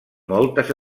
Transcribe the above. moltes